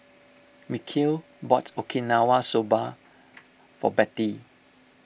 Mikeal bought Okinawa Soba for Bettye